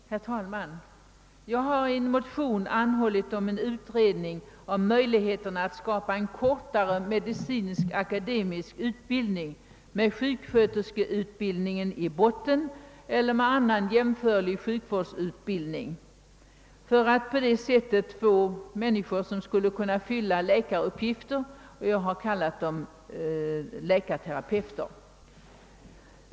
Herr talman! Jag har i en motion anhållit om utredning om möjligheterna att skapa en kortare medicinsk akademisk utbildning med sjuksköterskeutbildningen eller annan jämförlig sjukvårdsutbildning som grund för att på det sättet få fram människor, som skulle kunna fylla läkaruppgifter. Jag har kallat dem läkarterapeuter.